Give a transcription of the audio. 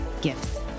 gifts